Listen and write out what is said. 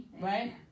right